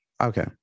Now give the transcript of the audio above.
okay